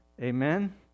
amen